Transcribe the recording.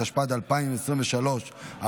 התשפ"ד 2023,